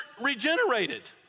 regenerated